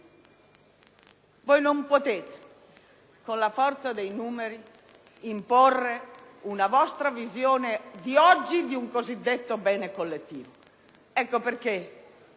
Voi non potete, con la forza dei numeri, imporre una vostra visione di oggi di un cosiddetto bene collettivo. Ecco perché